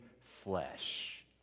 flesh